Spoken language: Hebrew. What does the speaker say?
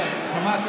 תסביר.